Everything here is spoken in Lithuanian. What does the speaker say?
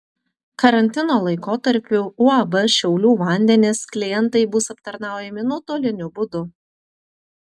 karantino laikotarpiu uab šiaulių vandenys klientai bus aptarnaujami nuotoliniu būdu